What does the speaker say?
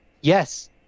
Yes